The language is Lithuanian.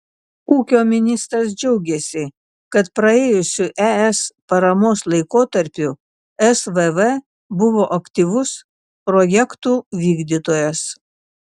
ūkio ministras džiaugėsi kad praėjusiu es paramos laikotarpiu svv buvo aktyvus projektų vykdytojas